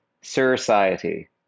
society